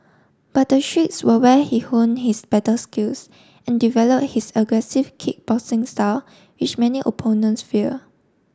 but the streets were where he honed his battle skills and develop his aggressive kick boxing style which many opponents fear